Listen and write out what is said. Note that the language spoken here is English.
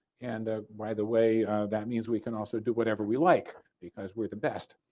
and ah by the way that means we can also do whatever we like. because we're the best.